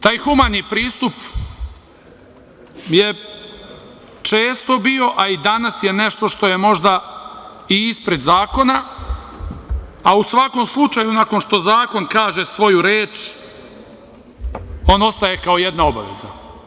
Taj humani pristup je često bio, a i danas je nešto što je možda i ispred zakona, a u svakom slučaju nakon što zakon kaže svoju reč on ostaje kao jedna obaveza.